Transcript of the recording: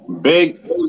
Big